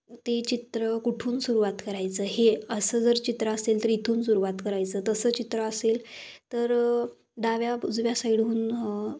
ते चित्र कुठून सुरुवात करायचं हे असं जर चित्र असेल तर इथून सुरुवात करायचं तसं चित्र असेल तर डाव्या उजव्या साईडहून